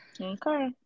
Okay